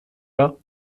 comme